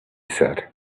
said